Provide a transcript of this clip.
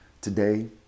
today